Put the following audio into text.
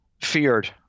feared